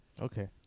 Okay